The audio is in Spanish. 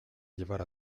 llevar